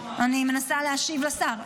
אני מנסה להשיב לשר.